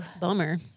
Bummer